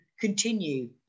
continue